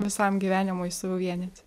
visam gyvenimui suvienyti